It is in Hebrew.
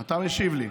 אתה משיב לי?